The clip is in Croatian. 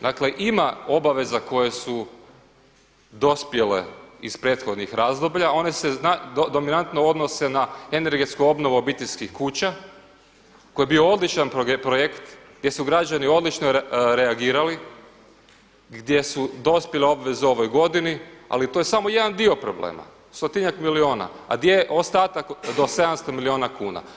Dakle ima obaveza koje su dospjele iz prethodnih razdoblja, one se dominantno odnose na energetsku obnovu obiteljskih kuća koji je bio odlična projekt gdje su građani odlično reagirali, gdje su dospjele obveze u ovoj godini ali to je samo jedan dio problema, stotinjak milijuna a di je ostatak do 700 milijuna kuna?